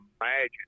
imagine